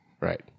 right